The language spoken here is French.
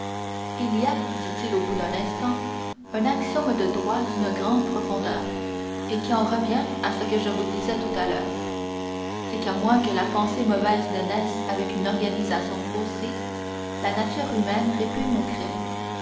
il y a dit-il au bout d'un instant un axiome de droit d'une grande profondeur et qui en revient à ce que je vous disais tout à l'heure c'est qu'à moins que la pensée mauvaise ne naisse avec une organisation faussée la nature humaine répugne au crime